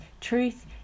truth